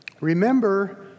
Remember